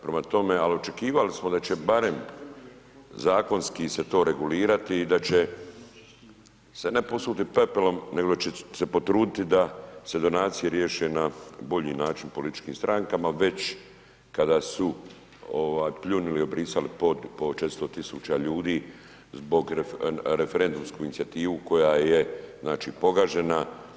Prema tome, ali očekivali smo da će barem zakonski se to regulirati i da će se ne posuti pepelom, nego će se potruditi, da se donacije riješe na bolji način političkim strankama, već kada su pljunuli i obrisali pod po 400000 ljudi zbog referendumsku inicijativu koja je pogažena.